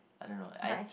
I don't know I